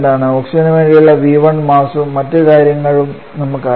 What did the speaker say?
ഓക്സിജനുവേണ്ടിയുള്ള V1 മാസും മറ്റ് കാര്യങ്ങളും നമുക്കറിയാം